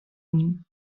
nim